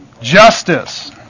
Justice